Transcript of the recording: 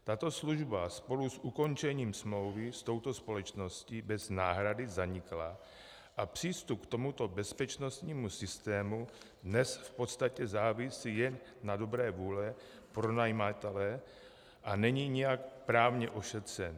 Tato služba spolu s ukončením smlouvy s touto společností bez náhrady zanikla a přístup k tomuto bezpečnostnímu systému dnes v podstatě závisí jen na dobré vůli pronajímatele a není nijak právně ošetřen.